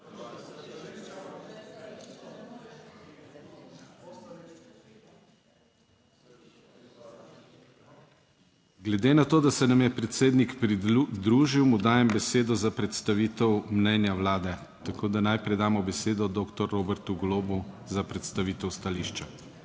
Glede na to, da se nam je predsednik pridružil, mu dajem besedo za predstavitev mnenja Vlade, tako da najprej damo besedo doktor Robertu Golobu, za predstavitev stališča.